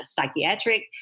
psychiatric